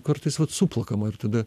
kartais vat suplakama ir tada